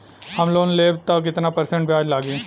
हम लोन लेब त कितना परसेंट ब्याज लागी?